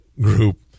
group